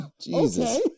jesus